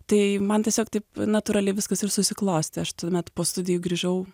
tai man tiesiog taip natūraliai viskas ir susiklostė aš tuomet po studijų grįžau